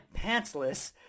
pantsless